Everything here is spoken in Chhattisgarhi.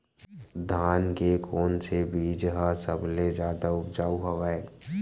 धान के कोन से बीज ह सबले जादा ऊपजाऊ हवय?